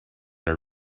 are